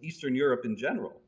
eastern europe in general.